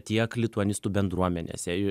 tiek lituanistų bendruomenėse